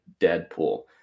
Deadpool